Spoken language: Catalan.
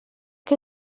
que